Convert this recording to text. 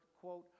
quote